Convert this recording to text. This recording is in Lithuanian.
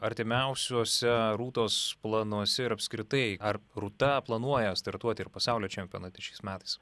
artimiausiuose rūtos planuose ir apskritai ar rūta planuoja startuoti ir pasaulio čempionate šiais metais